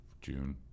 june